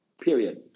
period